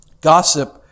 gossip